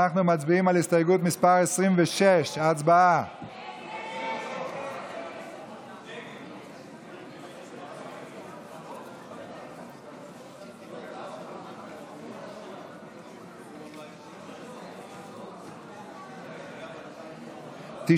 אנחנו מצביעים על הסתייגות 26. הסתייגות 26 לא נתקבלה.